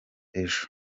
ejo